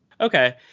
Okay